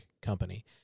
company